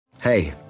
Hey